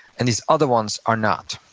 and these other ones are not,